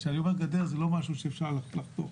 כשאני אומר גדר, זה לא משהו שאפשר לחתוך.